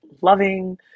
loving